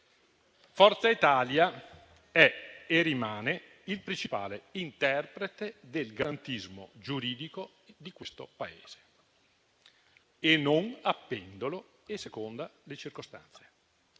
Forza Italia è e rimane il principale interprete del garantismo giuridico di questo Paese e non a pendolo e a seconda delle circostanze: